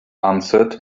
answered